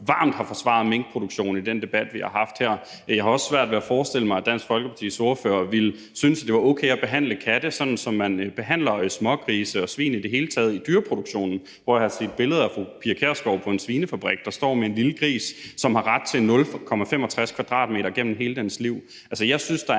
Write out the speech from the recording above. varmt har forsvaret minkproduktionen i den debat, vi har haft her. Jeg har også svært ved at forestille mig, at Dansk Folkepartis ordfører ville synes, at det var okay at behandle katte, sådan som man behandler smågrise og svin i det hele taget i dyreproduktionen. Jeg har set billeder af fru Pia Kjærsgaard på en svinefabrik, hvor hun står med en lille gris, som har ret til 0,65 m² gennem hele dens liv. Altså, jeg synes, der er